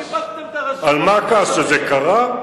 על מה הכעס, שזה קרה?